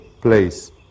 place